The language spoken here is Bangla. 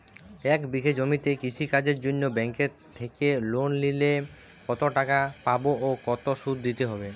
এক বিঘে জমিতে কৃষি কাজের জন্য ব্যাঙ্কের থেকে লোন নিলে কত টাকা পাবো ও কত শুধু দিতে হবে?